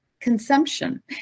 consumption